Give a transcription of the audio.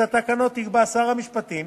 את התקנות יקבע שר המשפטים